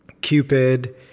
Cupid